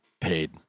paid